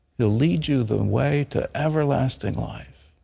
he'll lead you the way to everlasting life.